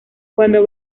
cuando